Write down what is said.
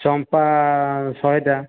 ଚମ୍ପା ଶହେଟା